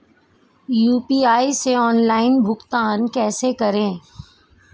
UPI से online भुगतान कैसे करें?